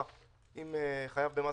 אני שומע,